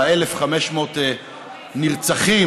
על 1,500 הנרצחים.